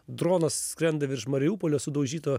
dronas skrenda virš mariupolio sudaužyto